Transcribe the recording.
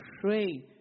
pray